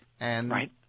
Right